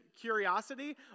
curiosity